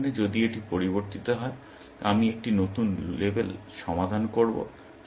এই উদাহরণে যদি এটি পরিবর্তিত হয় আমি একটি নতুন লেবেল সমাধান করব